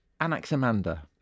Anaximander